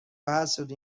حسودی